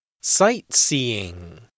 Sightseeing